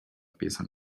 pieza